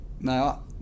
No